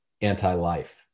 anti-life